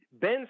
Ben